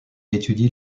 étudie